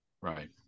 Right